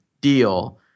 deal